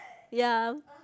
ya